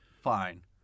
fine